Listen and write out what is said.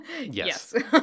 Yes